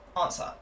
answer